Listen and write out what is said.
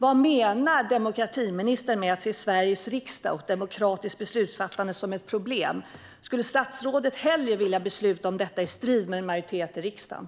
Vad menar demokratiministern med att Sveriges riksdag och ett demokratiskt beslutsfattande ses som ett problem? Skulle statsrådet hellre vilja att detta beslutades i strid med en majoritet i riksdagen?